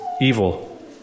evil